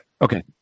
Okay